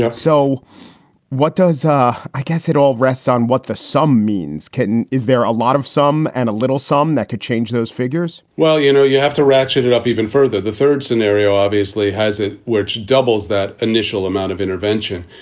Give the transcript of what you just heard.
so what does i guess it all rests on what the sum means, kitten. is there a lot of some and a little sum that could change those figures? well, you know, you have to ratchet it up even further. the third scenario, obviously, has it, which doubles that initial amount of intervention.